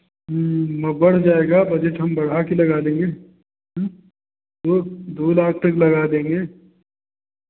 ह्म्म म बढ़ जायेगा बजट हम बढ़ा के लगा देंगे ह्म्म दो दो लाख तक लगा देंगे